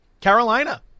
Carolina